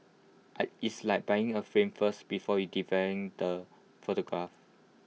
I it's like buying A frame first before you the photograph